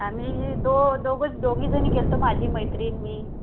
आम्ही दो दोघं दोघीजणी गेलो हो माझी मैत्रीण मी